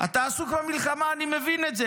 אתה עסוק במלחמה, אני מבין את זה.